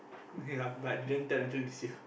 ya but then turn until this year